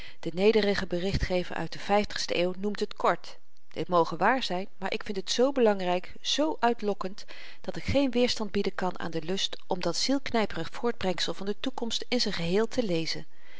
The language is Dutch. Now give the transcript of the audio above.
de nederige berichtgever uit de vyftigste eeuwen noemt het kort dit moge waar zyn maar ik vind het z belangryk z uitlokkend dat ik geen weerstand bieden kan aan den lust om dat zielknyperig voortbrengsel van de toekomst in z'n geheel te lezen